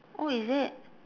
oh is it